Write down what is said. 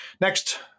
Next